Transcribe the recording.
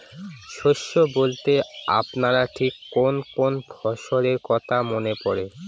শস্য বলতে আপনার ঠিক কোন কোন ফসলের কথা মনে পড়ে?